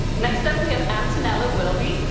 next up, we have antonella wilby.